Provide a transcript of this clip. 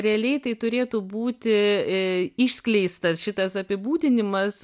realiai tai turėtų būti išskleistas šitas apibūdinimas